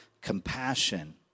compassion